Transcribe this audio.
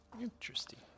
Interesting